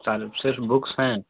सार सिर्फ बुक्स हैं